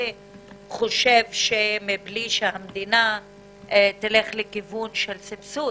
חושב שמבלי שהמדינה תלך לכיוון סבסוד,